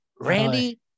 randy